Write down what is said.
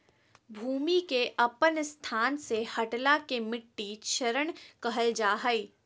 भूमि के अपन स्थान से हटला के मिट्टी क्षरण कहल जा हइ